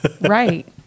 Right